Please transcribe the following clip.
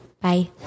Bye